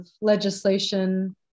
legislation